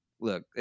look